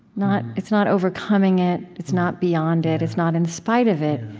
not it's not overcoming it. it's not beyond it. it's not in spite of it.